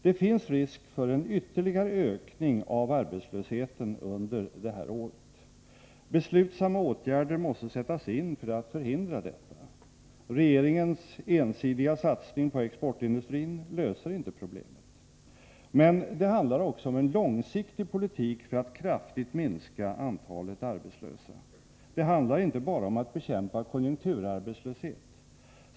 Det finns risk för en ytterligare ökning av arbetslösheten under detta år. Beslutsamma åtgärder måste sättas in för att förhindra detta. Regeringens ensidiga satsning på exportindustrin löser inte problemet. Men det handlar också om en långsiktig politik för att kraftigt minska antalet arbetslösa. Det handlar inte bara om att bekämpa konjunkturarbetslöshet.